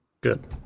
Good